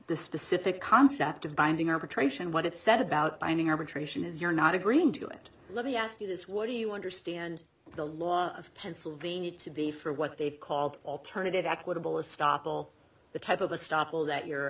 the specific concept of binding arbitration what it said about binding arbitration is you're not agreeing to it let me ask you this what do you understand the law of pennsylvania to be for what they've called alternative equitable a stoppel the type of a stop will that you